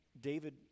David